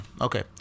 Okay